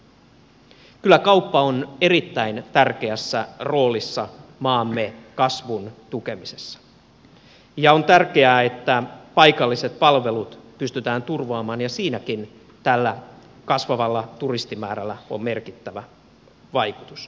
kyllä kauppa on erittäin tärkeässä roolissa maamme kasvun tukemisessa ja on tärkeää että paikalliset palvelut pystytään turvaamaan ja siinäkin tällä kasvavalla turistimäärällä on merkittävä vaikutus